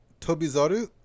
Tobizaru